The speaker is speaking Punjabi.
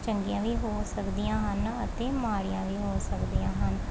ਚੰਗੀਆਂ ਵੀ ਹੋ ਸਕਦੀਆਂ ਹਨ ਅਤੇ ਮਾੜੀਆ ਵੀ ਹੋ ਸਕਦੀਆਂ ਹਨ